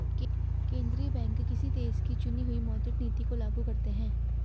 केंद्रीय बैंक किसी देश की चुनी हुई मौद्रिक नीति को लागू करते हैं